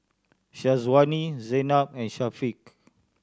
Syazwani Zaynab and Syafiq